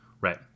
Right